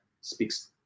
speaks